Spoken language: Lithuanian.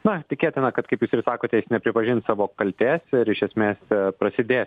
na tikėtina kad kaip jūs ir sakote nepripažins savo kaltės ir iš esmės prasidės